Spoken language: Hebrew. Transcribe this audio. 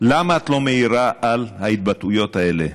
למה את לא מעירה על ההתבטאויות האלה?